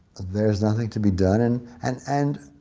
there's nothing to be done, and and and